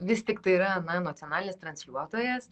vis tik tai yra na nacionalinis transliuotojas